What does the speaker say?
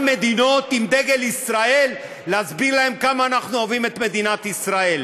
מדינות עם דגל ישראל להסביר להם כמה אנחנו אוהבים את מדינת ישראל.